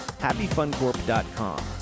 HappyFunCorp.com